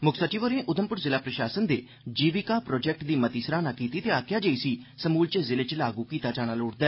मुक्ख सचिव होरें उधमपुर जिला प्रशासन दे जीविका प्रोजैक्ट दी मती सराहना कीती ते आक्खेया जे इसी समूलचे ज़िले च लागू कीता जाना लोड़चदा